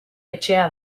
etxea